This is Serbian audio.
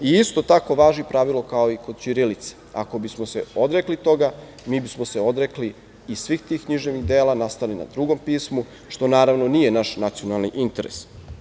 Isto tako važi pravilo kao i kod ćirilice, ako bismo se odrekli toga mi bismo se odrekli i svih tih književnih dela nastalih na drugom pismu, što naravno nije naš nacionalni interes.